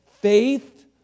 faith